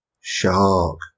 Shark